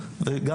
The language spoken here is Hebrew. הורים,